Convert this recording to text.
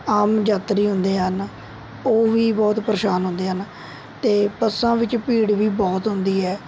ਆਮ ਯਾਤਰੀ ਹੁੰਦੇ ਹਨ ਉਹ ਵੀ ਬਹੁਤ ਪ੍ਰੇਸ਼ਾਨ ਹੁੰਦੇ ਹਨ ਅਤੇ ਬੱਸਾਂ ਵਿੱਚ ਭੀੜ ਵੀ ਬਹੁਤ ਹੁੰਦੀ ਹੈ